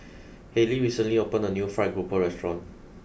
Hayleigh recently opened a new Fried Grouper restaurant